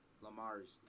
Lamar's